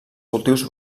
cultius